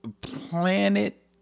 Planet